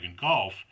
Golf